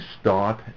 start